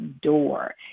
door